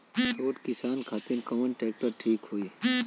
छोट किसान खातिर कवन ट्रेक्टर ठीक होई?